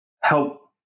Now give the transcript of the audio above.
help